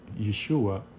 Yeshua